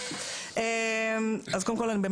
הילדים לחופשה.